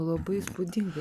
labai įspūdinga